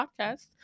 Podcast